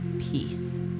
peace